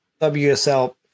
WSL